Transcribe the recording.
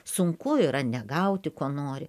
sunku yra negauti ko nori